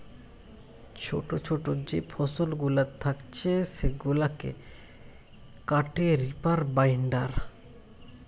ছোটো ছোটো যে ফসলগুলা থাকছে সেগুলাকে কাটে রিপার বাইন্ডার